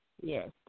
Yes